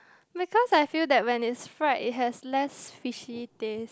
because I feel that when it's fried it had less fishy taste